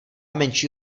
menší